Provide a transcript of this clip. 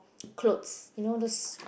clothes you know those